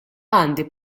għandi